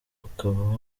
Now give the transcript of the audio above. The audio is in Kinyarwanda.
ukaba